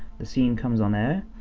the scene comes on air,